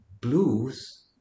blues